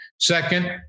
Second